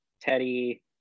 Teddy